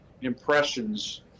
impressions